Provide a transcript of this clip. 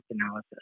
analysis